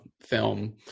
film